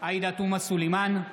עאידה תומא סלימאן,